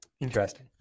Interesting